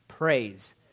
Praise